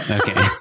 Okay